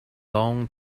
long